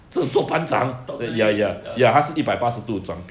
totally ya